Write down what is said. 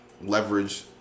leverage